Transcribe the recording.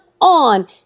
on